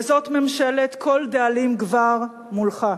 וזאת ממשלת "כל דאלים גבר" מולך.